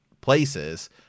places